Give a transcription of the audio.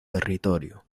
territorio